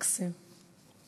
מקסים.